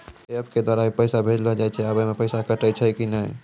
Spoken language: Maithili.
एप के द्वारा भी पैसा भेजलो जाय छै आबै मे पैसा कटैय छै कि नैय?